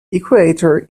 equator